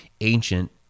ancient